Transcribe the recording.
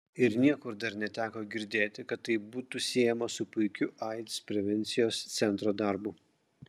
ir niekur dar neteko girdėti kad tai būtų siejama su puikiu aids prevencijos centro darbu